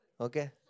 Okay